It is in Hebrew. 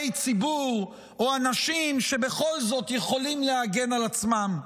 ציבור או אנשים שבכל זאת יכולים להגן על עצמם,